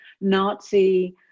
Nazi